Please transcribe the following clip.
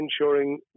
ensuring